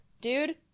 dude